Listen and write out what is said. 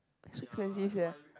so expensive sia